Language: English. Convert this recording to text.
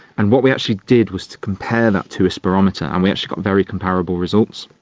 and what we actually did was to compare that to a spirometer and we actually got very comparable results,